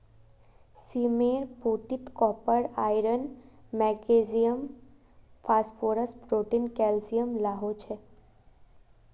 सीमेर पोटीत copper, iron, magnesium, phosphorus, protein, calcium ला हो छे